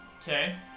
Okay